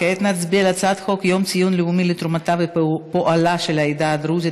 כעת נצביע על הצעת חוק יום ציון לאומי לתרומתה ופועלה של העדה הדרוזית,